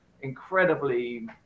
incredibly